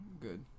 good